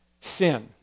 sin